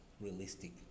realistic